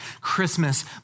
Christmas